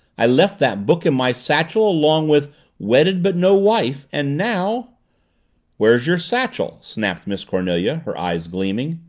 i left that book in my satchel along with wedded but no wife and now where's your satchel? snapped miss cornelia, her eyes gleaming.